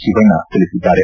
ಶಿವಣ್ಣ ತಿಳಿಸಿದ್ದಾರೆ